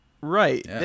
Right